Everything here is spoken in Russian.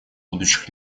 будущих